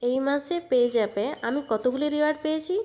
এই মাসে পেজ্যাপে আমি কতগুলি রিওয়ার্ড পেয়েছি